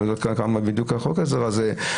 לא יודע כמה בדיוק חוק העזר הזה.